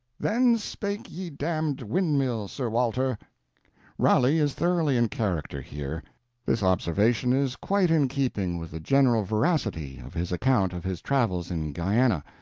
then spake ye damned windmill, sir walter raleigh is thoroughly in character here this observation is quite in keeping with the general veracity of his account of his travels in guiana,